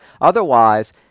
Otherwise